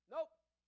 Nope